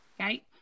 Okay